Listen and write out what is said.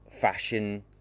fashion